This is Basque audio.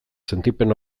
sentipen